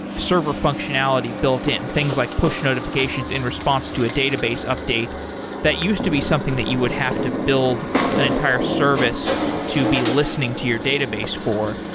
server functionality built in things like push notifications in response to a database update that used to be something that you would have to build an entire service to be listening to your database for,